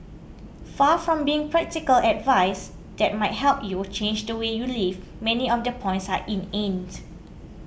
far from being practical advice that might help you change the way you live many of the points are